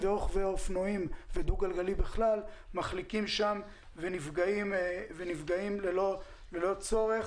רוכבי אופנועים ורוכבי דו-גלגלי בכלל להחליק שם ולהיפגע ללא צורך.